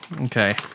Okay